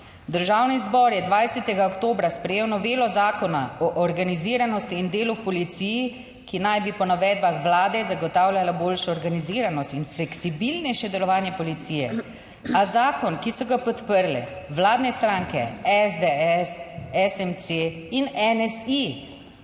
Državni zbor je 20. oktobra sprejel novelo zakona o organiziranosti in delu v policiji, ki naj bi po navedbah vlade zagotavljala boljšo organiziranost in fleksibilnejše delovanje policije. A zakon, ki so ga podprle vladne stranke SDS, SMC in NSi,